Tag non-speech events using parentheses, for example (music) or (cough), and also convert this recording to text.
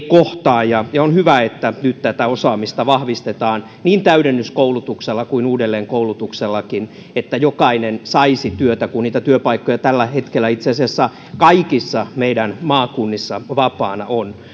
(unintelligible) kohtaa ja ja on hyvä että nyt tätä osaamista vahvistetaan niin täydennyskoulutuksella kuin uudelleenkoulutuksellakin niin että jokainen saisi työtä kun niitä työpaikkoja tällä hetkellä itse asiassa kaikissa meidän maakunnissamme vapaana on